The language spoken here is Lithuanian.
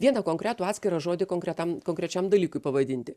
vieną konkretų atskirą žodį konkretam konkrečiam dalykui pavadinti